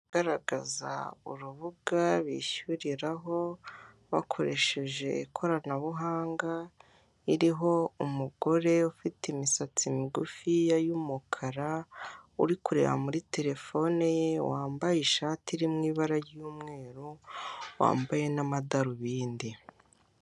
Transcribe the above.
Aragaragaza urubuga bishyuriraho bakoresheje ikoranabuhanga. Iriho umugore ufite imisatsi migufi yumukara uri kureba muri terefone ye wambaye ishati iri mu ibara ry'umweru wambaye n'amadarubindi.